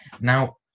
Now